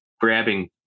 grabbing